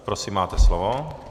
Prosím máte slovo.